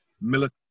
military